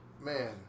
man